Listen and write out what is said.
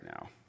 now